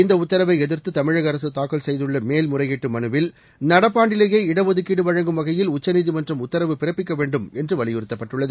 இந்த உத்தரவை எதிர்த்து தமிழக அரசு தாக்கல் செய்துள்ள மேல்முறையீட்டு மனுவில் நடப்பாண்டிலேயே இடஒதுக்கீடு வழங்கும் வகையில் உச்சநீதிமன்றம் உத்தரவு பிறப்பிக்க வேண்டும் என்று வலியுறுத்தப்பட்டுள்ளது